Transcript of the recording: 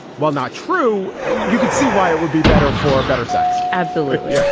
well, not true. you could see why it would be better for better sex absolutely. yeah